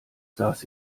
saß